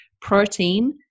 protein